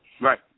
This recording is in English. Right